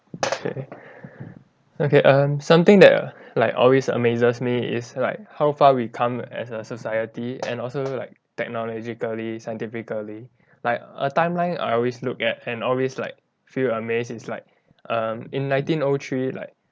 okay okay um something that err like always amazes me is like how far we've come as a society and also like technologically scientifically like a timeline I always look at and always like feel amazed is like um in nineteen O three like